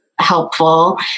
Helpful